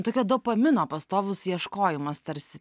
tokio dopamino pastovus ieškojimas tarsi